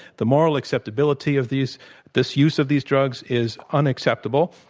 the moral acceptability of these this use of these drugs is unacceptable.